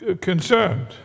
concerned